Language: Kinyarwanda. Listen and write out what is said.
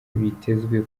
bitezwe